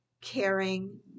caring